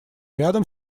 рядом